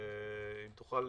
אם תוכל,